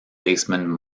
baseman